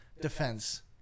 defense